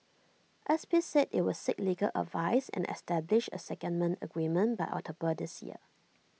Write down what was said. S P said IT would seek legal advice and establish A secondment agreement by October this year